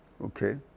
okay